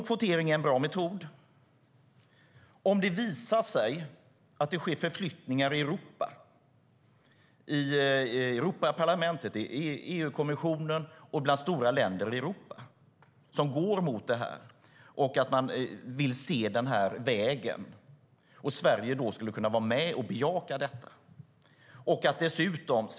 Kvotering är en bra metod, och det visar sig att det sker förflyttningar i Europa, i Europaparlamentet, i EU-kommissionen och bland stora länder i Europa som går mot detta, och man vill se den vägen och att Sverige skulle kunna vara med och bejaka detta.